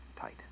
tight